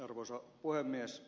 arvoisa puhemies